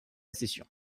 session